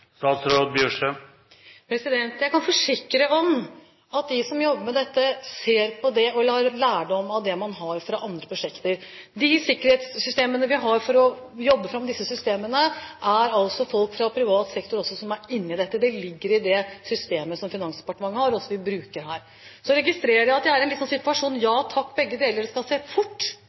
Jeg kan forsikre at de som jobber med dette, ser på og tar lærdom av det man har gjort i andre prosjekter. Når det gjelder de sikkerhetssystemene vi har for å jobbe fram disse systemene, er altså også folk fra privat sektor inne i dette. Det ligger i det systemet som Finansdepartementet har, og som vi bruker her. Så registrerer jeg at vi er i en slik situasjon at vi sier: Ja takk, begge deler, og det skal skje fort!